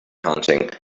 hunting